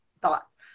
thoughts